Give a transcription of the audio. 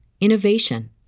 innovation